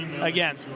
again